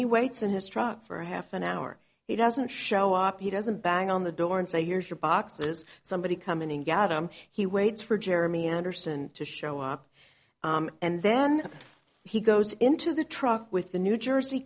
he waits in his truck for half an hour he doesn't show up he doesn't bang on the door and say here's your boxes somebody come in and gather him he waits for jeremy anderson to show up and then he goes into the truck with the new jersey